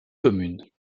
communes